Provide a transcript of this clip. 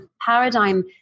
paradigm